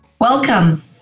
Welcome